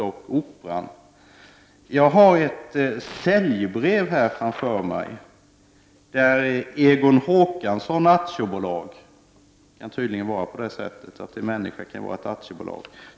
Jag har framför mig ett säljbrev från Egon Håkansson AB. Det är tydligen så att en människa kan vara ett aktiebolag.